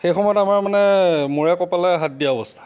সেই সময়ত আমাৰ মানে মূৰে কপালে হাত দিয়া অৱস্থা